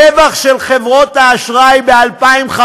הרווח של חברות האשראי ב-2015,